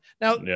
Now